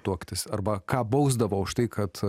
tuoktis arba ką bausdavo už tai kad